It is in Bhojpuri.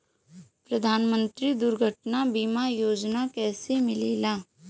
प्रधानमंत्री दुर्घटना बीमा योजना कैसे मिलेला?